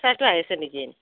প্ৰেচাৰটো আহিছে নেকি